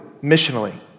missionally